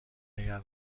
باید